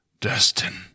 Destined